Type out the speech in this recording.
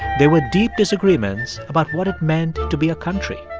there were deep disagreements about what it meant to be a country.